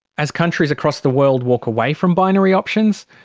as countries across the world walk away from binary options,